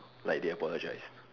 like they apologised